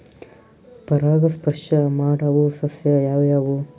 ಪರಾಗಸ್ಪರ್ಶ ಮಾಡಾವು ಸಸ್ಯ ಯಾವ್ಯಾವು?